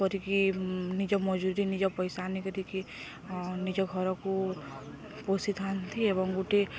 କରିକି ନିଜ ମଜୁରୀ ନିଜ ପଇସା ଆଣିକି ନିଜ ଘରକୁ ପୋଷିଥାନ୍ତି ଏବଂ ଗୋଟେ